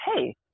hey